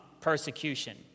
persecution